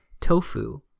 tofu